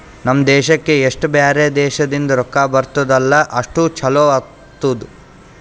ನಮ್ ದೇಶಕ್ಕೆ ಎಸ್ಟ್ ಬ್ಯಾರೆ ದೇಶದಿಂದ್ ರೊಕ್ಕಾ ಬರ್ತುದ್ ಅಲ್ಲಾ ಅಷ್ಟು ಛಲೋ ಆತ್ತುದ್